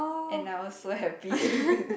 and I was so happy